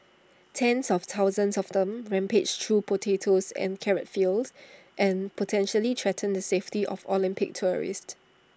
tens of thousands of them rampage through potato and carrot fields and potentially threaten the safety of Olympics tourists